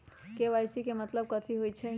KYC के कि मतलब होइछइ?